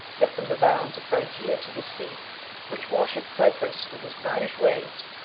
that, from the bounds of phrygia to the sea which washeth cyprus with his brinish waves,